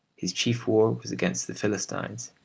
his chief war was against the philistines.